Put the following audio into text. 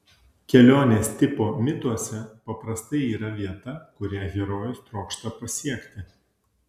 kelionės tipo mituose paprastai yra vieta kurią herojus trokšta pasiekti